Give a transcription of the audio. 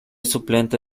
suplente